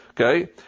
okay